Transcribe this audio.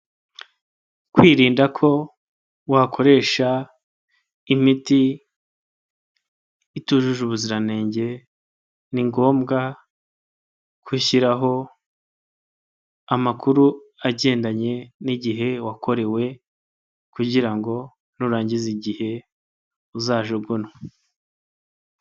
Kwirinda ko wakoresha imiti itujuje ubuziranenge ni ngombwa ko ishyiraho amakuru agendanye n'igihe wakorewe kugira ngo nurangiza igihe uzajugunwe.